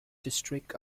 district